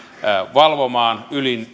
valvomaan